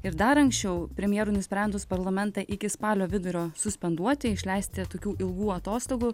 ir dar anksčiau premjerui nusprendus parlamentą iki spalio vidurio suspenduoti išleisti tokių ilgų atostogų